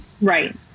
Right